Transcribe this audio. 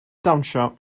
dawnsio